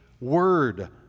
word